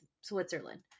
Switzerland